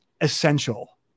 essential